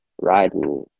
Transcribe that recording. riding